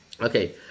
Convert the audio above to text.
Okay